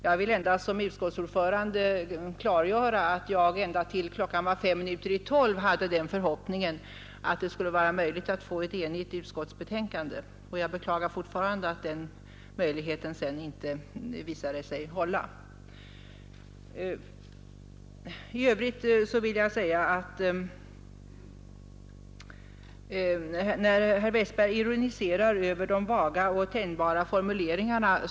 Jag vill endast som utskottsordförande klargöra att jag ändå tills klockan var S minuter i 12 hade förhoppningen att det skulle vara möjligt att få ett enigt utskottsbetänkande, och jag beklagar fortfarande att det sedan visade sig att den möjligheten inte fanns. I övrigt vill jag bemöta herr Westbergs ironisering över de vaga och tänjbara formuleringarna.